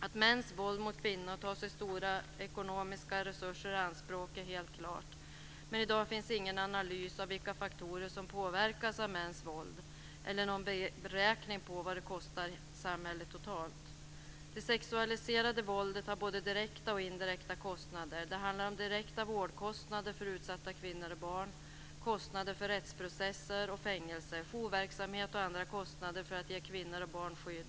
Att mäns våld mot kvinnor tar stora ekonomiska resurser i anspråk är helt klart, men i dag finns ingen analys av vilka faktorer som påverkas av mäns våld eller någon beräkning av vad det kostar samhället totalt. Det sexualiserade våldet har både direkta och indirekta kostnader. Det handlar om direkta vårdkostnader för utsatt kvinnor och barn, kostnader för rättsprocesser, fängelse, jourverksamhet och andra kostnader för att ge kvinnor och barn skydd.